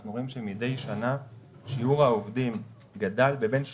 אנחנו רואים ששיעור העובדים גדל מידי שנה,